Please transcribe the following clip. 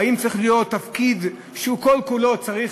או אם הוא צריך להיות תפקיד שכל-כולו צריך